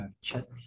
chat